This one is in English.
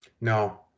No